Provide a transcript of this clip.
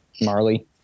marley